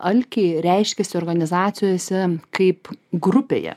alkį reiškiasi organizacijose kaip grupėje